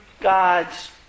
God's